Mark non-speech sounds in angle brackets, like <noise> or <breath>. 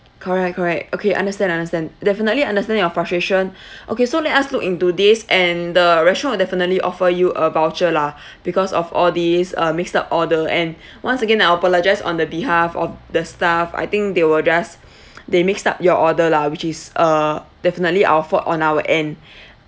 correct correct okay understand understand definitely understand your frustration <breath> okay so let us look into this and the restaurant will definitely offer you a voucher lah because of all these uh mixed up order and once again I apologise on the behalf of the staff I think they were just <noise> they mixed up your order lah which is uh definitely our fault on our end